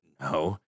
no